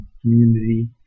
community